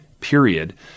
period